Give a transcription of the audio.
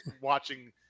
watching